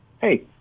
hey